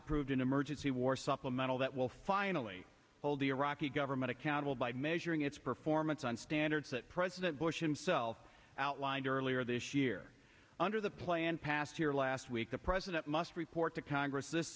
approved an emergency war supplemental that will finally hold the iraqi government accountable by measuring its performance on standards that president bush himself outlined earlier this year under the plan passed here last week the president must report to congress this